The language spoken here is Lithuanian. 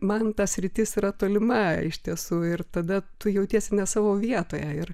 man ta sritis yra tolima iš tiesų ir tada tu jautiesi ne savo vietoje ir